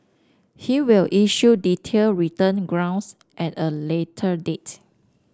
he will issue detailed written grounds at a later date